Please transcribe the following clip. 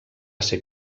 ser